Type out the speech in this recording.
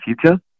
future